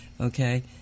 Okay